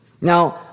Now